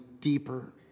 deeper